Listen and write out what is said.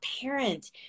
parent